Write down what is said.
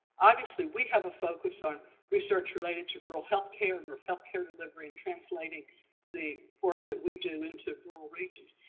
obviously, we have a focus on research related to rural healthcare and healthcare delivery, and translating the work that we do into the rural regions.